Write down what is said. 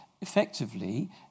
effectively